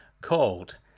called